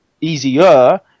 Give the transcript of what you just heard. easier